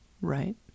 Right